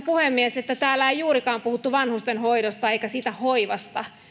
puhemies että täällä ei juurikaan puhuttu vanhustenhoidosta eikä siitä hoivasta